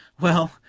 well,